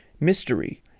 mystery